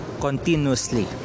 continuously